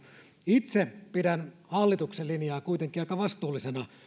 itse pidän hallituksen linjaa kuitenkin aika vastuullisena